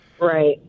Right